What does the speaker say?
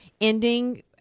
ending